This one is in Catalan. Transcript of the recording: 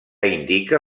indica